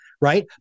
right